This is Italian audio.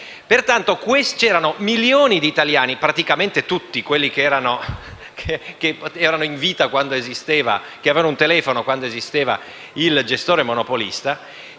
Pertanto, milioni di italiani - praticamente tutti quelli che erano in vita e possedevano un telefono quando esisteva il gestore monopolista